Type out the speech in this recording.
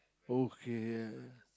okay yeah